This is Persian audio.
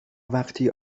وقتی